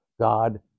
God